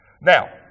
Now